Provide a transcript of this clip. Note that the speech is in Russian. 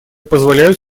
позволяют